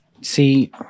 See